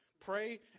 Pray